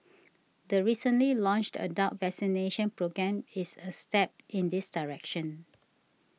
the recently launched adult vaccination programme is a step in this direction